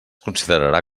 considerarà